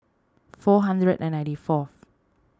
four hundred and ninety four